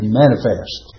manifest